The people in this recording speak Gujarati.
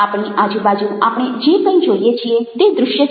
આપણી આજુબાજુ આપણે જે કંઈ જોઈએ છીએ તે દૃશ્ય છે